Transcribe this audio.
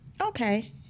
okay